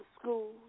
school